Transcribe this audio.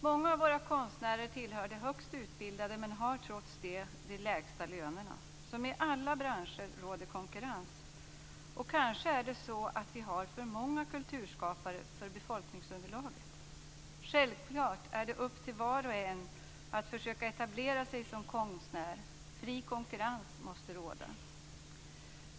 Många av våra konstnärer tillhör de högst utbildade men har trots det de lägsta lönerna. Det råder konkurrens, såsom i alla branscher. Kanske har vi för många kulturskapare för befolkningsunderlaget. Självklart är det upp till var och en att försöka etablera sig som konstnär. Fri konkurrens måste råda.